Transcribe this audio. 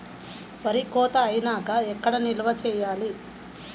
వరి కోత అయినాక ఎక్కడ నిల్వ చేయాలి?